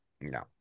No